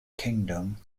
kingdom